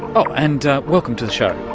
oh, and welcome to the show.